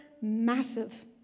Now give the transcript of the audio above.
massive